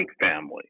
family